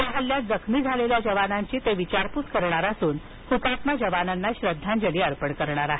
या हल्ल्यात जखमी झालेल्या जवानांची ते विचारपूस करणार असून हुतात्मा जवानांना श्रद्धांजली अर्पण करणार आहेत